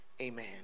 Amen